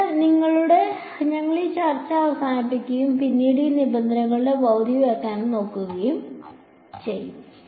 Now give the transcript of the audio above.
അതിനാൽ ഞങ്ങൾ ഈ ചർച്ച അവസാനിപ്പിക്കുകയും പിന്നീട് ഈ നിബന്ധനകളുടെ ഭൌതിക വ്യാഖ്യാനം നോക്കുകയും ചെയ്യും